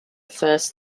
first